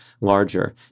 larger